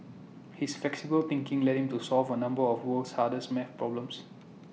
his flexible thinking led him to solve A number of the world's hardest math problems